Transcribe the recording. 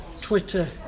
Twitter